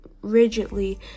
rigidly